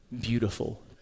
beautiful